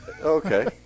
Okay